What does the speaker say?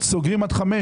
כמו אחרים,